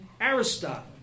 Aristotle